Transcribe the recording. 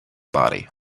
body